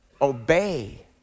obey